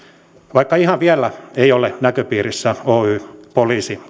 vaikka ihan vielä ei ole näköpiirissä oy poliisi